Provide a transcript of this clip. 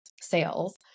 sales